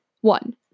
One